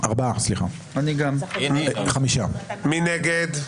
מי נגד?